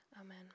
Amen